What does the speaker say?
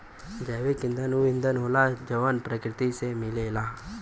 जैविक ईंधन ऊ ईंधन होला जवन प्रकृति से मिलेला